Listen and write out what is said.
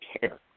care